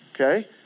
okay